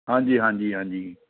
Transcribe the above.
ਹਾਂਜੀ ਹਾਂਜੀ ਹਾਂਜੀ